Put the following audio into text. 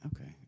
Okay